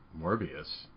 Morbius